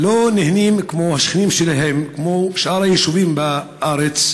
לא נהנים כמו השכנים שלהם, כמו שאר היישובים בארץ,